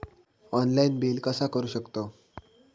Online bill कसा करु शकतव?